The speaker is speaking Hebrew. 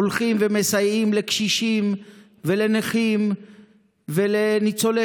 הולכים ומסייעים לקשישים ולנכים ולניצולי